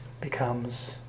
becomes